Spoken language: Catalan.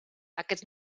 aquest